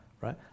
right